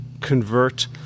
convert